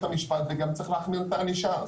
המשפט וגם צריך להחמיר את הענישה.